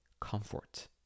comfort